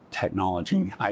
technology